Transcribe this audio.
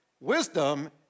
Wisdom